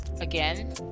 again